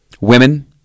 women